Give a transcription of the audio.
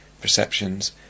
perceptions